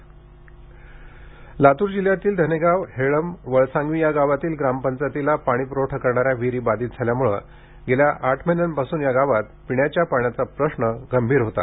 पाणी लातूर जिल्ह्यातील धनेगांव हेंळब वळसांगवी या गावातील ग्रामपंचायतीला पाणी पुरवठा करणाऱ्या विहीरी बाधीत गेल्या आठ महिन्यापासून या गावात पिण्याच्या पाण्याचा प्रश्न गंभीर होता